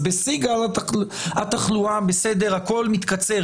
אז בשיא גל התחלואה, בסדר, הכל מתקצר.